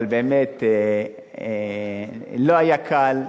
אבל באמת לא היה קל.